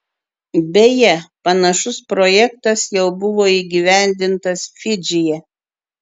beje panašus projektas jau buvo įgyvendintas fidžyje